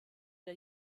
der